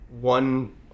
one